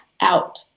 out